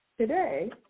today